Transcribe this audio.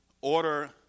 order